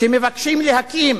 שמבקשים להקים